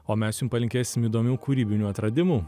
o mes jum palinkėsim įdomių kūrybinių atradimų